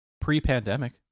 Pre-pandemic